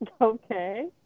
Okay